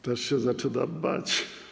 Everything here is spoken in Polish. Też się zaczynam bać.